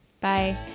bye